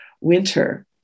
winter